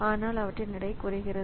ஆனால் அவற்றின் எடை குறைகிறது